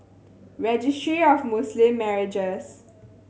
Registry of Muslim Marriages